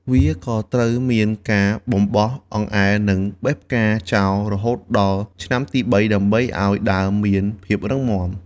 វាក៏ត្រូវមានការបរបោសអង្អែលនិងបេះផ្កាចោលរហូតដល់ឆ្នាំទីបីដើម្បីឱ្យដើមមានភាពរឹងមាំ។